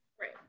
Right